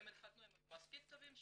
שהם התחתנו הם היו מספיק טובים ,